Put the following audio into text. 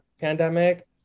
pandemic